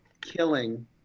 killing